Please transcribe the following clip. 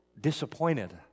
disappointed